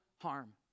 harm